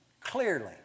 clearly